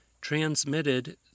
transmitted